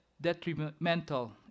detrimental